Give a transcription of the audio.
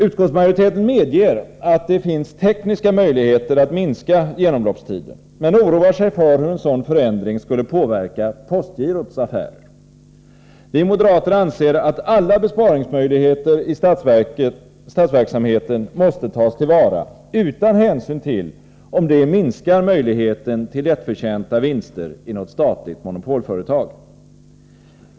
Utskottsmajoriteten medger att det finns tekniska möjligheter att minska genomloppstiden men oroar sig för hur en sådan förändring skulle påverka postgirots affärer. Vi moderater anser att alla möjligheter till besparingar i statsverksamheten måste tas till vara utan hänsyn till om man därmed minskar möjligheten till lättförtjänta vinster i något statligt monopolföretag.